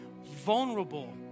vulnerable